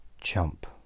Chump